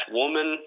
woman